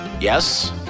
Yes